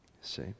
See